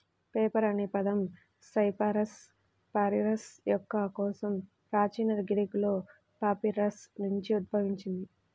paper అనే పదం cyperus papyrus మొక్క కోసం ప్రాచీన గ్రీకులో పాపిరస్ నుండి ఉద్భవించింది